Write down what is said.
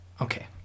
okay